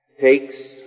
takes